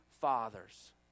fathers